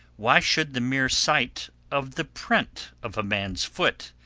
why should the mere sight of the print of a man's foot,